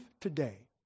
today